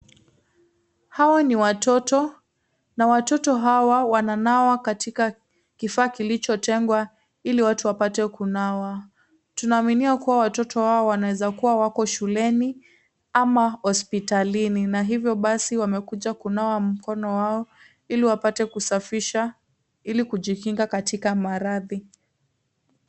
Hawa ni watoto na watoto hawa wana nawa katika kifaa kilichotengwa ili watu wapate kunawa, tunaaminia hao watoto wanaeza kuwa wako shuleni ama hospitalini na hivyo basi wamekuja kunawa mikono yao iliwapate kusafisha ilikujikinga katika maradhi.